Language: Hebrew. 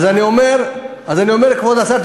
אז אני אומר: כבוד השר,